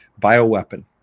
bioweapon